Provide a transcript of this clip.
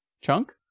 chunk